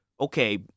okay